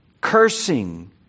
cursing